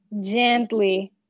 gently